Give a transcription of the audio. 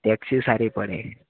taxi સારી પડે